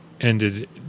ended